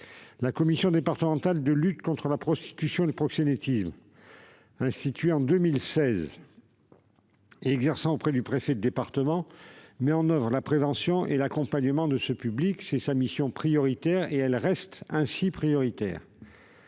La commission départementale de lutte contre la prostitution et le proxénétisme, instituée en 2016 et exerçant auprès du préfet de département, met en oeuvre la prévention et l'accompagnement de ce public. C'est sa mission prioritaire. Des résultats ont